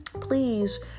please